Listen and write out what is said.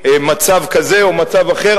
מצב כזה או מצב אחר,